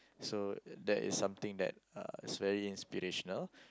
so that is something that uh it's very inspirational